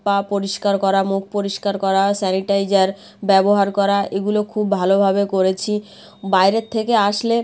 পা পরিষ্কার করা মুখ পরিষ্কার করা স্যানিটাইজার ব্যবহার করা এগুলো খুব ভালোভাবে করেছি বাইরের থেকে আসলে